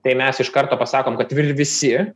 tai mes iš karto pasakom kad ir visi